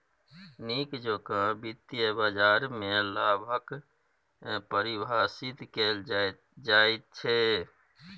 नीक जेकां वित्तीय बाजारमे लाभ कऽ परिभाषित कैल जाइत छै